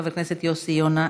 חבר הכנסת יוסי יונה,